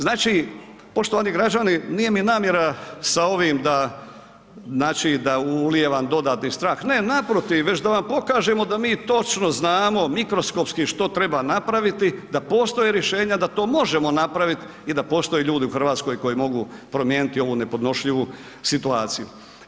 Znači, poštovani građani nije mi namjera sa ovim znači da ulijevam dodatni strah, ne naprotiv već da vam pokažemo da mi točno znamo, mikroskopski što treba napraviti da postoje rješenja da to možemo napravit i da postoje ljudi u Hrvatskoj koji promijeniti ovu nepodnošljivu situaciju.